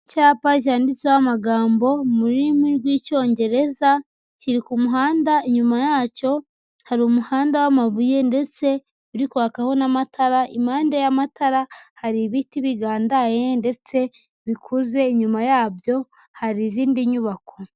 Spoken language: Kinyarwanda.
Icyapa cyanditseho amagambo mu rurimi rw'Icyongereza, kiri ku muhanda inyuma yacyo, hari umuhanda w'amabuye ndetse uri kwakaho n'amatara, impande y'amatara, hari ibiti bigandaye ndetse bikuze, inyuma yabyo hari izindi nyubako.